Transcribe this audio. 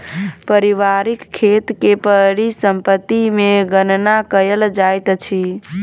पारिवारिक खेत के परिसम्पत्ति मे गणना कयल जाइत अछि